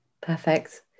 Perfect